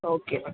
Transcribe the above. okay ma'am